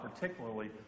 particularly